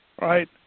Right